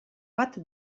bat